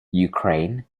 ukraine